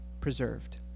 preserved